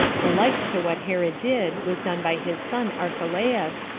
the like to what herod did was done by his son archelaus,